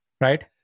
Right